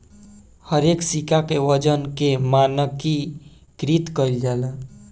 हरेक सिक्का के वजन के मानकीकृत कईल जाला